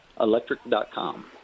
Electric.com